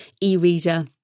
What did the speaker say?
e-reader